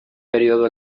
período